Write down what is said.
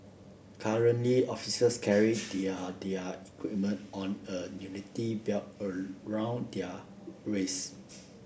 currently officers carry their their equipment on a unity belt around their waists